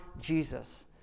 Jesus